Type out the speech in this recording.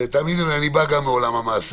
ותאמינו לי, אני בא גם מעולם המעשה.